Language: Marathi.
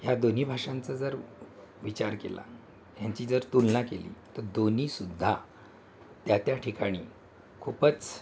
ह्या दोन्ही भाषांचां जर विचार केला ह्यांची जर तुलना केली तर दोन्हीसुद्धा त्या त्या ठिकाणी खूपच